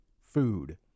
food